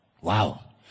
wow